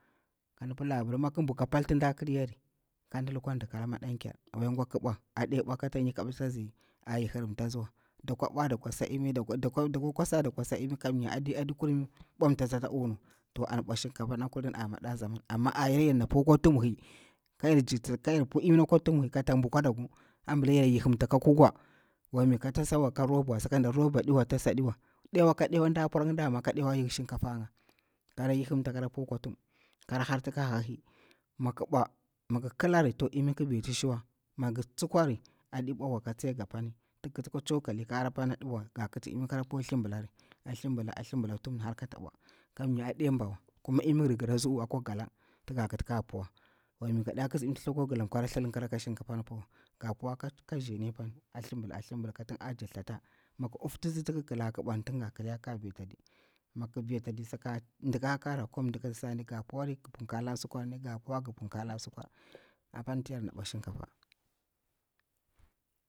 Ka di pila apir mi ki bu ka pal tin nda kleri, kan lukwa diki da maɗanker wai ngwa adi bwa ka yahirmta tsiwa, dakwa kwasa da kwa sa imi karnnya aɗi kurir bwantatsi ata uwa. To an bwa shinkafa na kulim a mada zaman, amma a yaru yarna pu akwa tuhum hiyi ka yar pu imi akwa tuhum kota bu kadaku apila yar yihim ta ka kukwa wami ka tasawa ka robawa, sakada roba ɗiwa ɗewa ka ɗewa tinda pwarnga ki kari, ka ɗewa yihi shinkafa nge, kara yahimta kora pu akwa tuhum kara harti ka hahi, mi ƙi bwa mi gir kliri imini ƙi beti shuwa, mi ngir tsukwarika tsai ga aɗi bwa wa, ga kiti imi kora pu a thlbikari athlibila tuhum ni har kata bwa, komnya aɗe bawa, kuma imini girgir atsi uwu akwa gallon, wami gadiya kiti imi temthakuwa, ga puwa ka shenni a thlibila thlibili ajakti thata, miki ufititsi ti gir kliri ki bwani, tin ga kliyari kara vi, mi gir vi ata di, saka dika, kowani mɗa a kit tasani ga puwari gi punkala sukwar, gi puwa gi punkir sukwar, sukwar ki bara, a pani anti yar na bwa shin kafa.